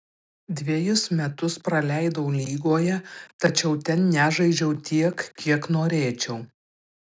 dvejus metus praleidau lygoje tačiau ten nežaidžiau tiek kiek norėčiau